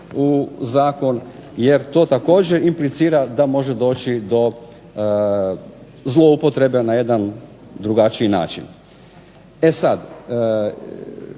u zakon jer to također implicira da može doći do zloupotrebe na jedan drugačiji način. E sada